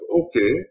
okay